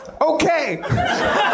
Okay